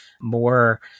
more